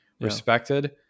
respected